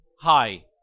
Hi